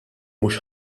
mhux